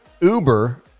Uber